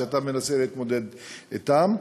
שאתה מנסה להתמודד אתן.